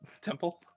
temple